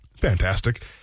fantastic